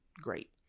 great